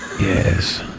Yes